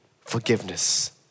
forgiveness